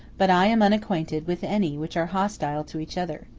but i am unacquainted with any which are hostile to each other.